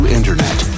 Internet